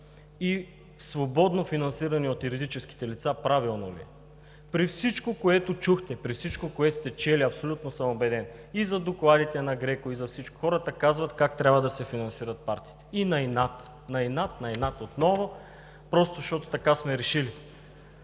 и свободно финансиране от юридическите лица при всичко, което чухте, при всичко, което сте чели? Абсолютно съм убеден и за докладите на ГРЕКО, и за всичко. Хората казват как трябва да се финансират партиите. И на инат, на инат, на инат отново, просто защото така сме решили.